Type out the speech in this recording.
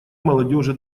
молодежи